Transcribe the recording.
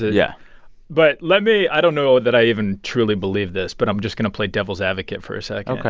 yeah yeah but let me i don't know that i even truly believe this. but i'm just going to play devil's advocate for a second. ok.